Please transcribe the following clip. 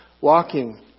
walking